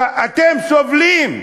אתם סובלים.